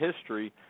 history